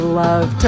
love